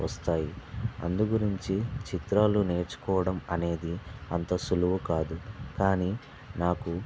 వస్తాయి అందుగురించి చిత్రాలు నేర్చుకోవడం అనేది అంత సులువు కాదు కాని నాకు